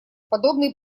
подобный